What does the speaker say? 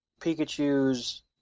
Pikachu's